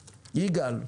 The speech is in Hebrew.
שלום.